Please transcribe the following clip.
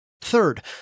Third